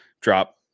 drop